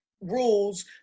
rules